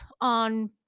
on